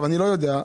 אני לא יודע,